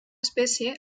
espècie